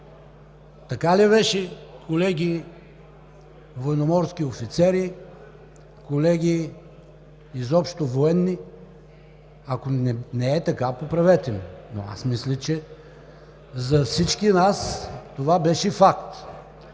Така ли беше, колеги, военноморски офицери, колеги изобщо военни? Ако не е така, поправете ме. Аз мисля, че за всички нас това беше факт.